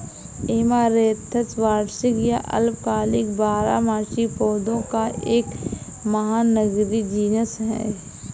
amaranthus वार्षिक या अल्पकालिक बारहमासी पौधों का एक महानगरीय जीनस है